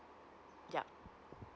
yup